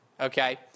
Okay